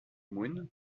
moon